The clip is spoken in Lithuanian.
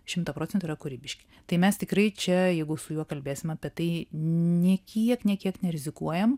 šimtą procentų yra kūrybiški tai mes tikrai čia jeigu su juo kalbėsim apie tai nė kiek nė kiek nerizikuojam